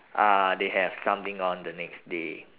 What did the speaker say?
ah they have something on the next day